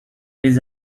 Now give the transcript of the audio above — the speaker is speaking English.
his